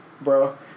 bro